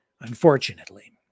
Unfortunately